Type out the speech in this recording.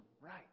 right